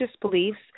beliefs